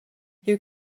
you